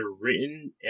written